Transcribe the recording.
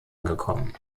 gekommen